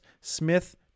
Smith